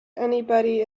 anybody